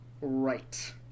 right